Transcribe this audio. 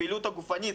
לפעילות הגופנית,